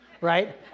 Right